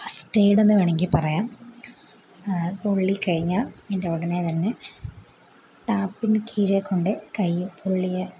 first എയ്ഡെന്ന് വേണമെങ്കിൽ പറയാം പൊള്ളി കഴിഞ്ഞാൽ അതിന്റെ ഉടനെ തന്നെ ടാപ്പിന് കീഴെ കൊണ്ടുപോയി കൈ പൊള്ളിയ